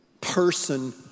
person